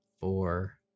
four